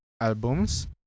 albums